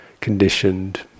conditioned